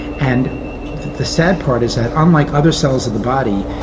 and the sad part is that unlike other cells of the body,